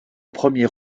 premier